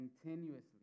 continuously